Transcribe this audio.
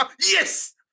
Yes